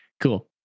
Cool